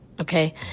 Okay